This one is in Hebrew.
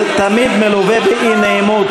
זה תמיד מלווה באי-נעימות,